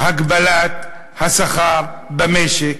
הגבלת השכר במשק?